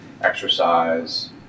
exercise